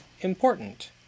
important